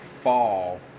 fall